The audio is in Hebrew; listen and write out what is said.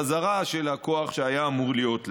החזרה של הכוח שהיה אמור להיות להם.